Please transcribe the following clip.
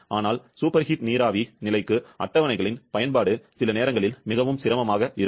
ஆனால் சூப்பர்ஹீட் நீராவி நிலைக்கு அட்டவணைகளின் பயன்பாடு சில நேரங்களில் மிகவும் சிரமமாக இருக்கும்